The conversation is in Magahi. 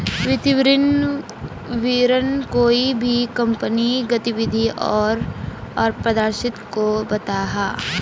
वित्तिय विवरण कोए भी कंपनीर गतिविधि आर प्रदर्शनोक को बताहा